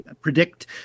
predict